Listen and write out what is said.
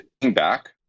back